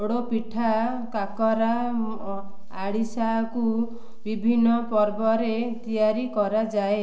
ପୋଡ଼ ପିଠା କାକରା ଆରିସାକୁ ବିଭିନ୍ନ ପର୍ବରେ ତିଆରି କରାଯାଏ